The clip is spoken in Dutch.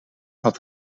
had